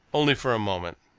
only for a moment.